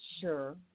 sure